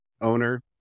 owner